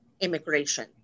immigration